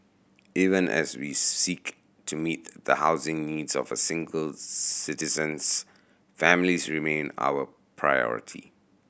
even as we seek to meet the housing needs of a single citizens families remain our priority